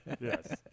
Yes